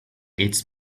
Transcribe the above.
its